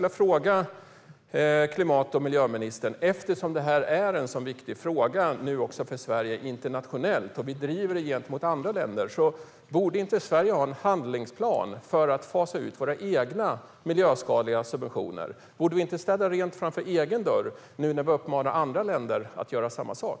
Eftersom detta är en så viktig fråga för Sverige också internationellt och vi driver den gentemot andra länder skulle jag vilja fråga klimat och miljöministern: Borde inte Sverige ha en handlingsplan för att fasa ut våra egna miljöskadliga subventioner? Borde vi inte städa rent framför egen dörr, nu när vi uppmanar andra länder att göra det?